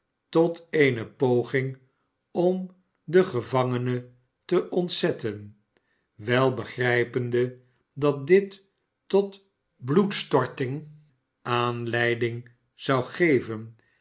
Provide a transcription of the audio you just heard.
tot eene pogmg om den gevangene te ontzetten wel begrijpende dat dit tot bloedrstorting aanleiding zou geven